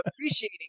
appreciating